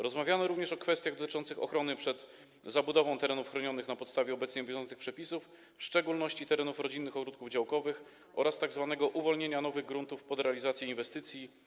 Rozmawiano również o kwestiach dotyczących ochrony przed zabudową terenów chronionych na podstawie bieżących przepisów - w szczególności chodzi tu o tereny rodzinnych ogródków działkowych - oraz o tzw. uwolnieniach nowych gruntów pod realizację inwestycji.